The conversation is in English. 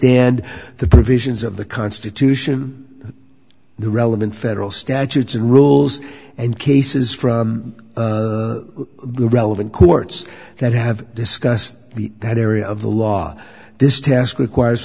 understand the provisions of the constitution the relevant federal statutes and rules and cases from the relevant courts that have discussed the that area of the law this task requires